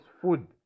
food